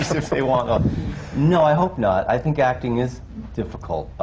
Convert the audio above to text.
if they want them! no, i hope not. i think acting is difficult.